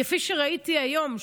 כפי שראיתי היום.